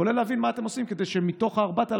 כולל להבין מה אתם עושים כדי שמתוך ה-4,000